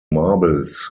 marbles